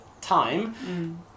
time